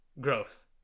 growth